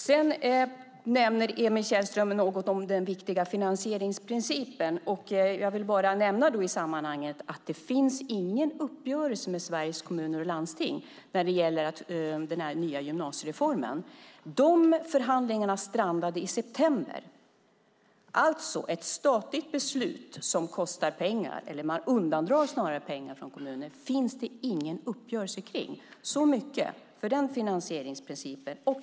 Sedan nämner Emil Källström något om den viktiga finansieringsprincipen. I det sammanhanget vill jag bara nämna att det inte finns någon uppgörelse med Sveriges Kommuner och Landsting när det gäller den nya gymnasiereformen. De förhandlingarna strandade i september. Ett statligt beslut som innebär att man undandrar kommunerna pengar finns det alltså ingen uppgörelse kring. Så mycket för den finansieringsprincipen.